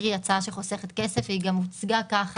קרי הצעה שחוסכת כסף והיא גם הוצגה כך.